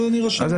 אבל אני רשמתי,